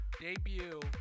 debut